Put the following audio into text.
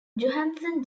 johansen